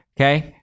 Okay